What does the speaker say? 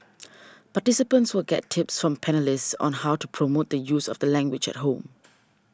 participants will get tips from panellists on how to promote the use of the language at home